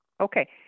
Okay